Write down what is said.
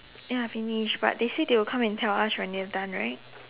ya I finished but they say they will come and tell us when we are done right